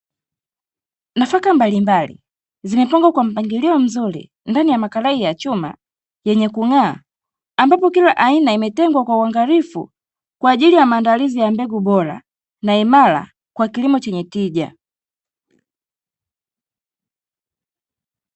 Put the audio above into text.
Nafaka mbalimbali, zimepangwa kwa mpangilio mzuri ndani ya makarai ya chuma yenye rangi ya kung'aa, ambapo kila aina imetengwa kwa uangalifu kwa ajili ya maandalizi ya mbegu bora na imara kwa kilimo chenye tija.